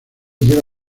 lleva